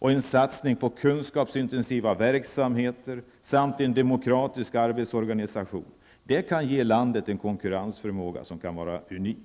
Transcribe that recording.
En satsning på kunskapsintensiva verksamheter samt en demokratisk arbetsorganisation kan ge landet en konkurrensförmåga som kan bli unik.